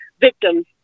victims